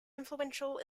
influential